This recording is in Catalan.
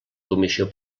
comissió